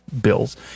bills